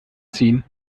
ziehen